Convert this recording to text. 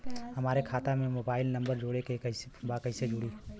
हमारे खाता मे मोबाइल नम्बर जोड़े के बा कैसे जुड़ी?